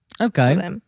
Okay